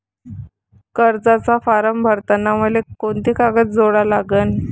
कर्जाचा फारम भरताना मले कोंते कागद जोडा लागन?